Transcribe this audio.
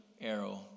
arrow